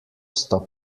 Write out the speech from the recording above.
sta